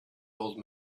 old